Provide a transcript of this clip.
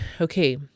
Okay